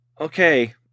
okay